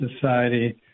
society